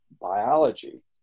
biology